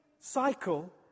cycle